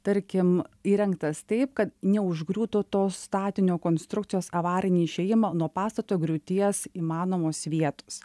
tarkim įrengtas taip kad neužgriūtų to statinio konstrukcijos avarinį išėjimą nuo pastato griūties įmanomos vietos